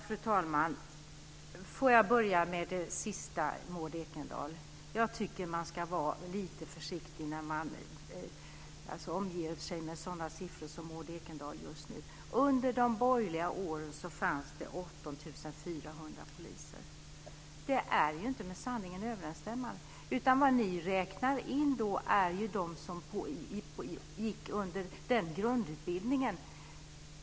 Fru talman! Får jag börja med det sista, Maud Ekendahl. Jag tycker att man ska vara lite försiktig när man omger sig med sådana siffror som Maud Ekendahl. Under de borgerliga åren fanns det 18 400 poliser, säger hon. Det är inte med sanningen överensstämmande. Ni räknar in dem som gick på grundutbildningen.